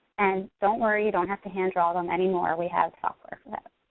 and don't worry, you don't have to hand draw them anymore, we have software for that.